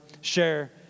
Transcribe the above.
share